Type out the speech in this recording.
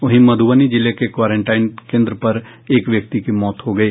वहीं मध्रबनी के क्वारेंटाइन केन्द्र पर एक व्यक्ति की मौत हो गयी